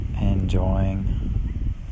enjoying